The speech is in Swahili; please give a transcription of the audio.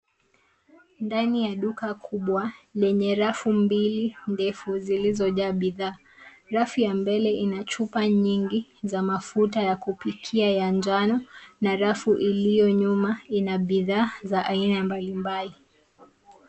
Ndani ya duka kubwa lenye rafu mbili ndefu zilizo jaa bidhaa. Rafu ya mbele ina chupa nyingi za mafuta ya kupikia ya njano na rafu iliyo nyuma ina bidhaa za aina mbalimbali.